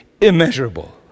immeasurable